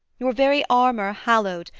your very armour hallowed,